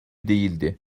değildi